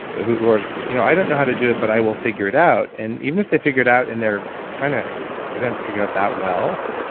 who are you know i don't know how to do it, but i will figure it out. and even if they figure it out and kind of they don't figure it out that well,